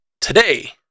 today